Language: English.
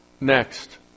Next